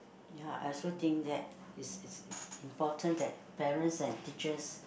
ya I also think that it's it's important that parents and teachers